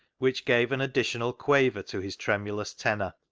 which gave an additional quaver to his tremulous tenor.